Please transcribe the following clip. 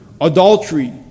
adultery